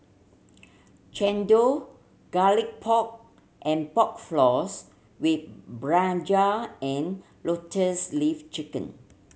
chendol Garlic Pork and Pork Floss with brinjal and Lotus Leaf Chicken